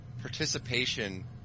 participation